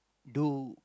do